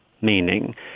meaning